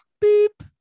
beep